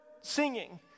singing